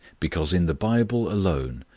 because in the bible alone,